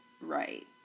right